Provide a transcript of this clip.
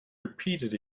repeated